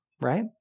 right